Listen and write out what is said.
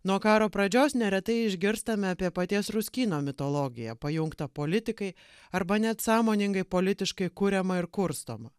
nuo karo pradžios neretai išgirstame apie paties ruskyno mitologiją pajungtą politikai arba net sąmoningai politiškai kuriamą ir kurstomą